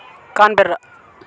Canberra